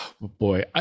boy